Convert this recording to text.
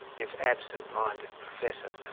if absent-minded professor.